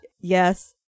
yes